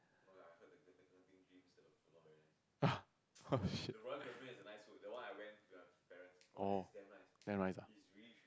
ah oh shit oh damn nice ah